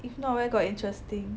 if not where got interesting